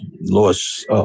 Lost